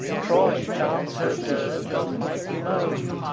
troy chants her dirge of mighty moan,